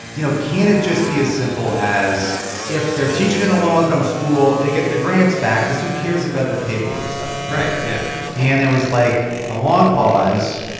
you know, can it just be as simple as if they're teaching in a low-income school, they get their grants back because who cares about the paperwork stuff? right. yeah and there was, like, a long pause